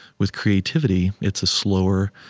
with creativity, it's a slower,